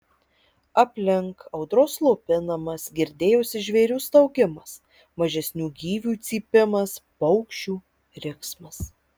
aplink audros slopinamas girdėjosi žvėrių staugimas mažesnių gyvių cypimas paukščių riksmas